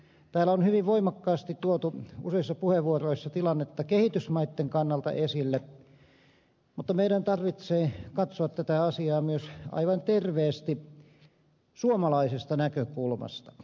täällä on hyvin voimakkaasti tuotu useissa puheenvuoroissa tilannetta kehitysmaitten kannalta esille mutta meidän tarvitsee katsoa tätä asiaa myös aivan terveesti suomalaisesta näkökulmasta